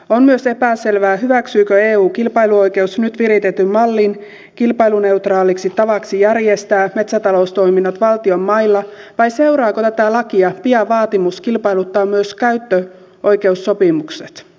on myös epäselvää hyväksyykö eun kilpailuoikeus nyt viritetyn mallin kilpailuneutraaliksi tavaksi järjestää metsätaloustoiminnot valtion mailla vai seuraako tätä lakia pian vaatimus kilpailuttaa myös käyttöoikeussopimukset